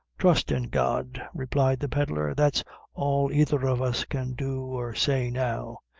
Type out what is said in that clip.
trust in god, replied the pedlar, that's all either of us can do or say now.